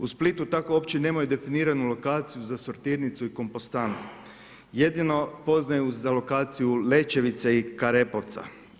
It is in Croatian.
U Splitu tako uopće nemaju definiranu lokaciju za sortirnicu i kompostanu, jedino poznaju za lokaciju Lećevice i Karepovca.